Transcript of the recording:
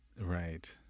Right